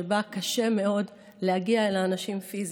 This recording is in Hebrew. שבה קשה מאוד להגיע אל האנשים פיזית.